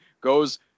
goes